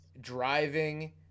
driving